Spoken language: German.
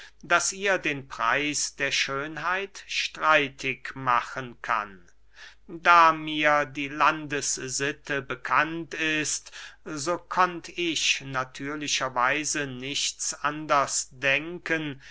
das ihr den preis der schönheit streitig machen kann da mir die landessitte bekannt ist so konnt ich natürlicher weise nichts anders denken